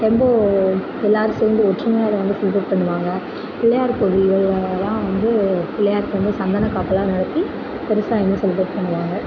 ரொம்ப எல்லோரும் சேர்ந்து ஒற்றுமையாக இதை வந்து செலிப்ரேட் பண்ணுவாங்க பிள்ளையார் கோயில்கள்லெலாம் வந்து பிள்ளையாருக்கு வந்து சந்தன காப்பெலாம் நடத்தி பெருசாக இன்னும் செலிப்ரேட் பண்ணுவாங்க